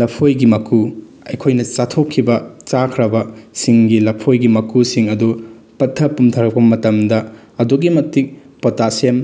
ꯂꯐꯣꯏꯒꯤ ꯃꯀꯨ ꯑꯩꯈꯣꯏꯅ ꯆꯥꯊꯣꯛꯈꯤꯕ ꯆꯥꯈ꯭ꯔꯕꯁꯤꯡꯒꯤ ꯂꯐꯣꯏꯒꯤ ꯃꯀꯨꯁꯤꯡ ꯑꯗꯨ ꯄꯠꯊ ꯄꯨꯝꯊꯔꯛꯄ ꯃꯇꯝꯗ ꯑꯗꯨꯛꯀꯤ ꯃꯇꯤꯛ ꯄꯣꯇꯥꯁꯤꯌꯝ